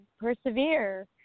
persevere